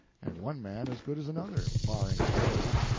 and one man as good as another, barring clothes.